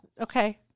okay